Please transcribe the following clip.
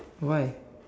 why